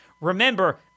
remember